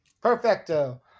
Perfecto